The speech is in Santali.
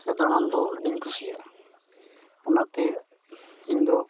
ᱥᱮ ᱫᱟᱬᱟᱱ ᱫᱚ ᱟᱹᱰᱤᱧ ᱠᱩᱥᱤᱭᱟᱜᱼᱟ ᱚᱱᱟᱛᱮ ᱤᱧᱫᱚ